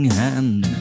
hand